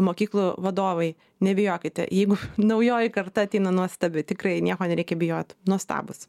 mokyklų vadovai nebijokite jeigu naujoji karta ateina nuostabi tikrai nieko nereikia bijot nuostabūs